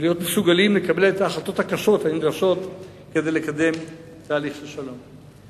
ולהיות מסוגלים לקבל את ההחלטות הקשות הנדרשות כדי לקדם את תהליך השלום.